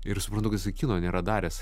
ir suprantu kad jisai kino nėra daręs